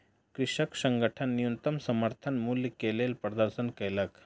कृषक संगठन न्यूनतम समर्थन मूल्य के लेल प्रदर्शन केलक